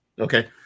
Okay